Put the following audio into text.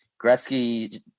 Gretzky